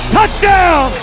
Touchdown